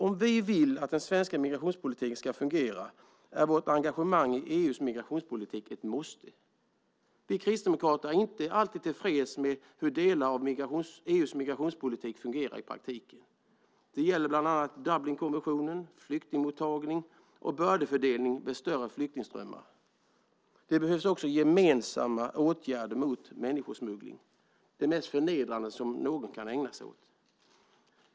Om vi vill att den svenska migrationspolitiken ska fungera är vårt engagemang i EU:s migrationspolitik ett måste. Vi kristdemokrater är inte alltid tillfreds med hur delar av EU:s migrationspolitik fungerar i praktiken. Det gäller bland annat Dublinkonventionen, flyktingmottagning och bördefördelning vid större flyktingströmmar. Det behövs också gemensamma åtgärder mot människosmuggling, det mest förnedrande som någon kan ägna sig åt.